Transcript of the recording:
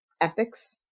ethics